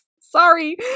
sorry